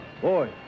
Boy